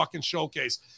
showcase